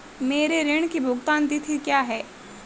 मेरे ऋण की भुगतान तिथि क्या है?